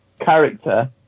character